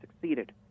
succeeded